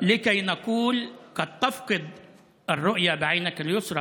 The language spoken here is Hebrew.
קרוב לוודאי שתאבד את הראייה בעינך השמאלית,